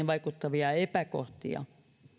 vaikuttavia epäkohtia